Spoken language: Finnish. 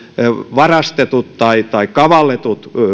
varastetut tai tai kavalletut